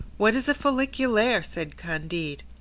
what is a folliculaire? said candide.